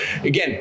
again